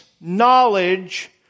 knowledge